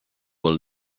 will